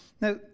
Now